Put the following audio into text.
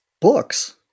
books